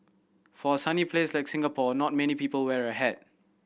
for a sunny place like Singapore not many people wear a hat